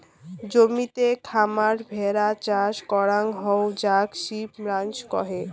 জমিতে খামার ভেড়া চাষ করাং হই যাক সিপ রাঞ্চ কহে